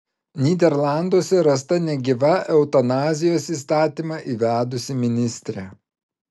nyderlanduose rasta negyva eutanazijos įstatymą įvedusi ministrė